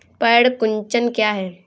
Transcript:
पर्ण कुंचन क्या है?